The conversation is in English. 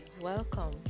welcome